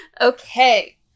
Okay